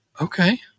Okay